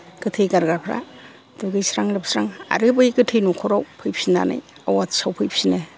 गोथै गारग्राफ्रा दुगैस्रां लोबस्रां आरो बै गोथै नखराव फैफिननानै आवाथि सावफैफिनो